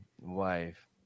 wife